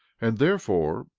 and therefore,